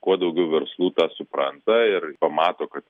kuo daugiau verslų tą supranta ir pamato kad